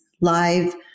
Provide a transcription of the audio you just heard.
live